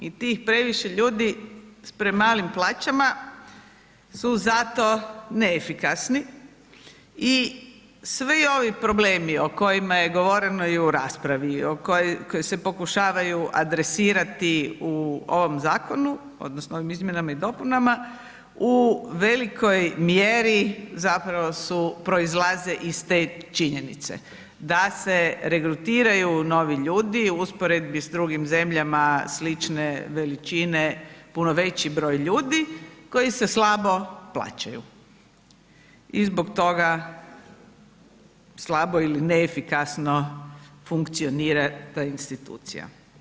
I tih previše ljudi s premalim plaćama su zato neefikasni i svi ovi problemi o kojima je govoreno i u raspravi i koji se pokušavaju adresirati u ovom zakonu, odnosno u ovim izmjenama i dopunama u velikoj mjeri zapravo su, proizlaze iz te činjenice da se regrutiraju novi ljudi u usporedbi s drugim zemljama slične veličine, puno već broj ljudi koji se slabo plaćaju i zbog toga slabo ili neefikasno funkcionira ta institucija.